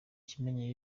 kimenyi